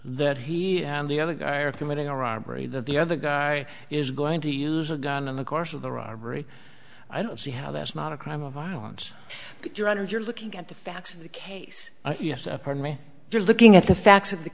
that he and the other guy are committing a robbery that the other guy is going to use a gun in the course of the robbery i don't see how that's not a crime of violence the dreaded you're looking at the facts of the case yes upon me you're looking at the facts of the